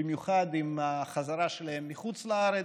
במיוחד עם החזרה שלהם מחוץ לארץ,